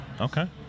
Okay